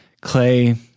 Clay